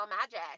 Magic